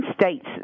states